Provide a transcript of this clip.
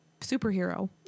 superhero